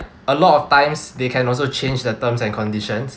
a lot of times they can also change the terms and conditions